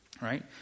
right